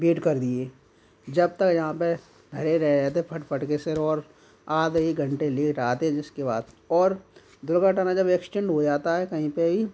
बेट कर दिए जब तक यहाँ पे खड़े रह रहे फट फट के सिर और आधे एक घंटे लेट आते जिसके बाद और दुर्घटना जब एक्सीडेंट हो जाता है कहीं पे ही